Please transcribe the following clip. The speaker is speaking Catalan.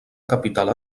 capital